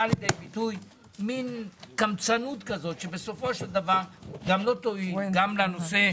באה לידי ביטוי מין קמצנות כזאת שלא תועיל גם לנושא